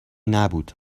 نبود